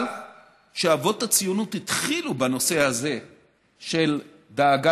אבל אבות הציונות התחילו בנושא הזה של דאגה